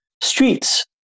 streets